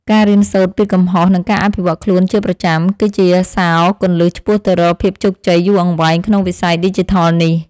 ការរៀនសូត្រពីកំហុស និងការអភិវឌ្ឍខ្លួនជាប្រចាំ គឺជាសោរគន្លឹះឆ្ពោះទៅរកភាពជោគជ័យយូរអង្វែងក្នុងវិស័យឌីជីថលនេះ។